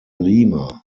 lima